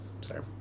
sorry